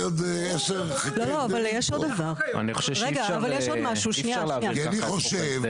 אני חושב שאי אפשר להעביר ככה את חוק